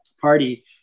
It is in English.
party